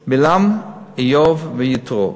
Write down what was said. בלעם, איוב ויתרו.